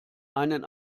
einen